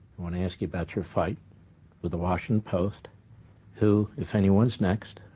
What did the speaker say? want to ask you about your fight with the washington post who, if anyone's next,